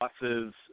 losses